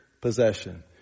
possession